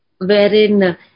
wherein